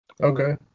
Okay